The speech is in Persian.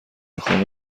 خانه